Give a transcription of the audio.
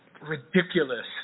ridiculous